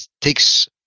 takes